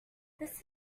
this